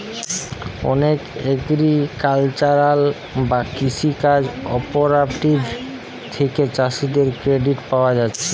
অনেক এগ্রিকালচারাল বা কৃষি কাজ কঅপারেটিভ থিকে চাষীদের ক্রেডিট পায়া যাচ্ছে